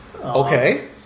okay